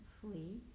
flee